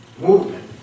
movement